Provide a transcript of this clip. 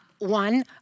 One